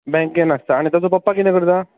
बँकेंत आसतात आनी ताजो पप्पा कितें करता